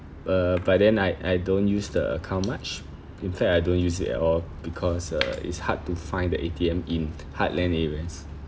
uh but then I I don't use the account much in fact I don't use it at all because uh it's hard to find the A_T_M in heartland areas